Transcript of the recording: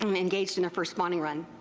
um engaged in a first spawning run.